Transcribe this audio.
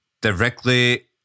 directly